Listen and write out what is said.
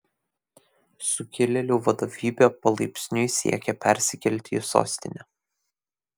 sukilėlių vadovybė palaipsniui siekia persikelti į sostinę